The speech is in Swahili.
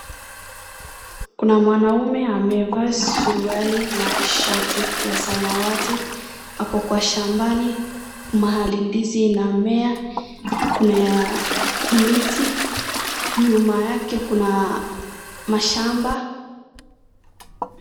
Kuna mwanaume amevaa suruali na shati ya samawati, ako kwa shambani mahali ndizi inamea. Kuna mti nyuma yake kuna mashamba.